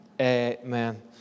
amen